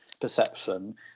perception